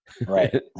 Right